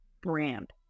brand